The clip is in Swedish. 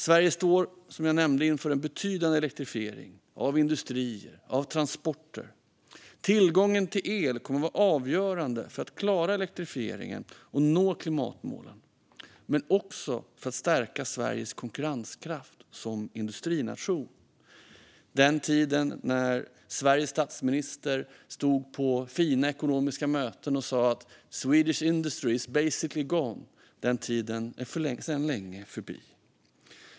Sverige står som jag nämnde inför en betydande elektrifiering av industri och transporter. Tillgången till el kommer att vara avgörande för att klara elektrifieringen och nå klimatmålen men också för att stärka Sveriges konkurrenskraft som industrination. Den tid då Sveriges statsminister stod på fina ekonomiska möten och sa att Swedish industry is basically gone är sedan länge förbi.